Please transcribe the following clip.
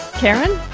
karen?